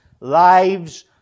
lives